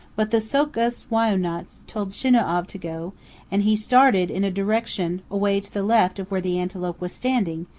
but the so'kus wai'unats told shinau'av to go and he started in a direction away to the left of where the antelope was standing,